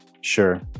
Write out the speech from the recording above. Sure